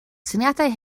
syniadau